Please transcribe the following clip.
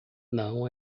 não